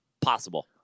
possible